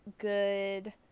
good